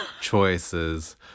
choices